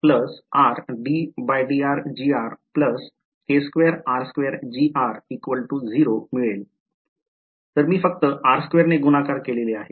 तर मी फक्त r2 ने गुणाकार केले आहे